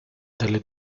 delle